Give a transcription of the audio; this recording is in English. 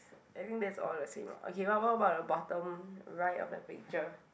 everything is all the same ah okay what what what about the bottom right of the picture